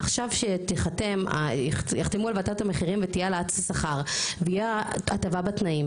עכשיו שתיחתם שיחתמו על ועדת מחירים ותהיה העלאת שכר ויהיה הטבה בתנאים,